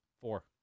Four